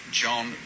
john